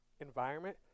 environment